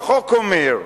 והחוק אומר,